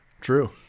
True